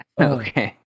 Okay